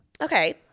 Okay